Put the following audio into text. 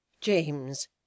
James